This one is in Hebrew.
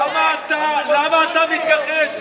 למה אתה מתכחש שראש הממשלה,